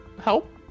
help